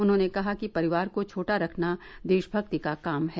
उन्होंने कहा कि परिवार को छोटा रखना देशभक्ति का काम है